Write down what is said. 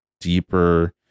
deeper